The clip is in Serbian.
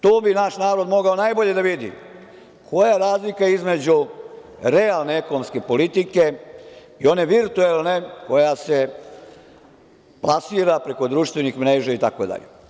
Tu bi naš narod mogao najbolje da vidi koja je razlika između realne ekonomske politike i one virtuelne koja se plasira preko društvenih mreža itd.